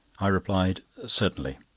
i replied certainly,